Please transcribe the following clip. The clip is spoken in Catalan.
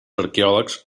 arqueòlegs